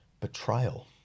betrayal